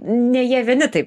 ne jie vieni taip